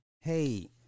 Hey